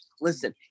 listen